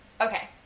Okay